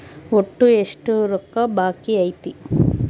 ಒಟ್ಟು ಎಷ್ಟು ರೊಕ್ಕ ಬಾಕಿ ಐತಿ?